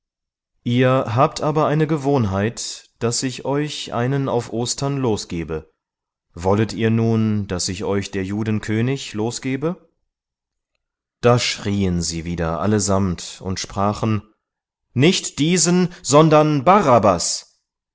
ihr habt aber eine gewohnheit daß ich euch einen auf ostern losgebe wollt ihr nun daß ich euch der juden könig losgebe da schrieen sie wieder allesamt und sprachen nicht diesen sondern barabbas